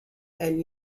and